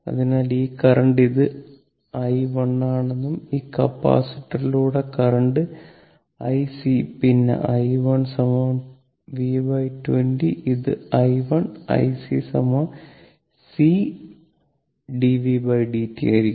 അതിനാൽ ഈ കറന്റ് ഇത് i 1 ആണെന്നും ഈ കപ്പാസിറ്ററിലൂടെകറന്റ് i c പിന്നെ i 1 v20 ഇത് i 1 i c C d vd t ആയിരിക്കും